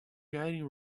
getting